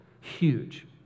huge